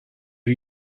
who